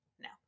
No